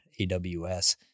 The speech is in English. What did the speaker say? AWS